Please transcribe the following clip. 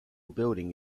building